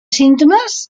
símptomes